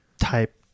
type